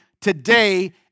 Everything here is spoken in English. today